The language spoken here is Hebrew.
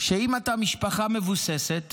שאם אתה משפחה מבוססת,